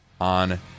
on